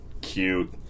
Cute